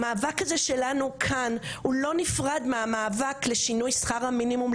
המאבק הזה שלנו כאן הוא לא נפרד מהמאבק לשינוי שכר המינימום,